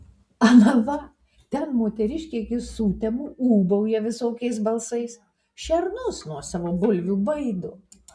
ana va ten moteriškė iki sutemų ūbauja visokiais balsais šernus nuo savo bulvių baido